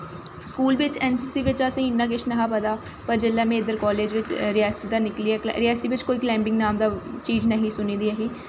school बिच्च N C C बिच्च असेंगी इन्ना नेईं ही पता पर जिसलै में कालेज बिच्च रियासी दा निकलियां रियासी बिच्च कोई कलाईंबिंग दी चीज नेईं ही सुनी दी ऐ ही